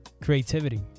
creativity